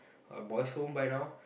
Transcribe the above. a boys home by now